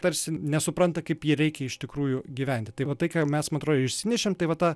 tarsi nesupranta kaip jį reikia iš tikrųjų gyventi tai va tai ką mes man atrodo išsinešėm tai va tą